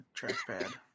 trackpad